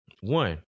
One